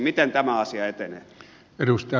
miten tämä asia etenee